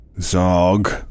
Zog